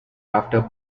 after